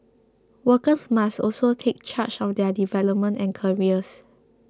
workers must also take charge of their development and careers